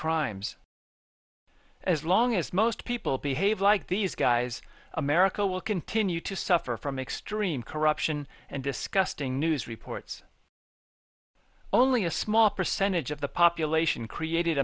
crimes as long as most people behave like these guys america will continue to suffer from extreme corruption and disgusting news reports only a small percentage of the population created